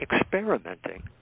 experimenting